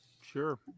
Sure